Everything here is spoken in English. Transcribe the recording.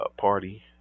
party